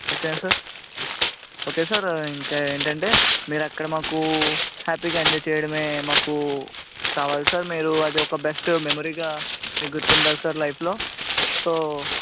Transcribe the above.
ఓకేనా sir okay sir ఇంకా ఏంటంటే మీరు అక్కడ మాకు హ్యాపీగా ఎంజాయ్ చేయడమే మాకు కావాలి సార్ మీరు అది ఒక బెస్ట్ మెమరీగా మీకు గుర్తు ఉండాలి సార్ లైఫ్లో సో